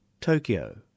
Tokyo